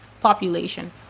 population